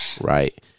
Right